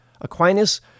Aquinas